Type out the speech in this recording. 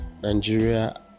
Nigeria